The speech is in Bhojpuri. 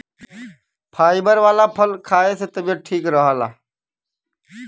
फाइबर वाला फल खाए से तबियत ठीक रहला